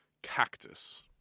Cactus